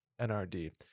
NRD